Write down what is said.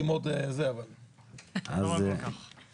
זה צמצום ההשפעה הפוליטית שלי.